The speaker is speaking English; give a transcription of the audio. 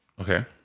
Okay